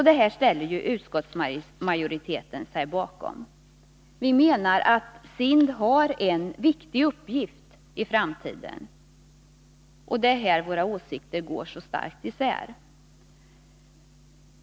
Detta ställer utskottsmajoriteten sig bakom. Vi menar att SIND har en viktig uppgift i framtiden. Det är här som våra åsikter går starkt isär.